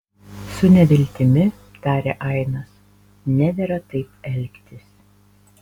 su neviltimi tarė ainas nedera taip elgtis